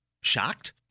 shocked